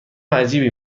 عجیبی